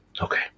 Okay